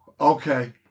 okay